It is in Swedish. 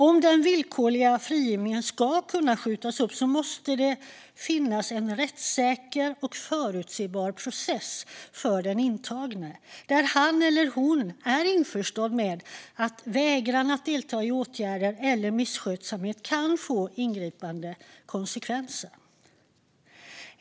Om den villkorliga frigivningen ska kunna skjutas upp måste det finnas en rättssäker och förutsebar process för den intagne där han eller hon är införstådd med att vägran att delta i åtgärder eller misskötsamhet kan få ingripande konsekvenser.